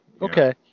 Okay